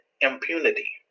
impunity